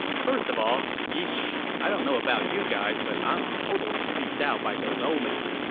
first of all, eeesh. i don't know about you guys, but i'm totally creeped out by those omens.